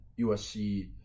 USC